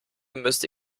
müsste